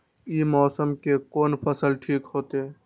ई मौसम में कोन फसल ठीक होते?